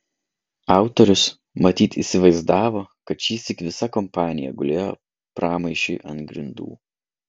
autorius matyt įsivaizdavo kad šįsyk visa kompanija gulėjo pramaišiui ant grindų